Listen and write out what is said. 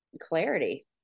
clarity